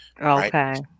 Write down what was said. Okay